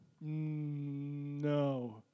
No